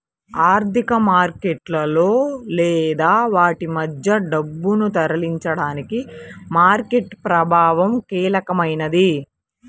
ఆర్థిక మార్కెట్లలో లేదా వాటి మధ్య డబ్బును తరలించడానికి మార్కెట్ ప్రభావం కీలకమైనది